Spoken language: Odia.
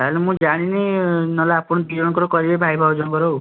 ତା'ହେଲେ ମୁଁ ଜାଣିନି ନହେଲେ ଆପଣ ଦୁଇ ଜଣଙ୍କର କରିବେ ଭାଇ ଭାଉଜଙ୍କର ଆଉ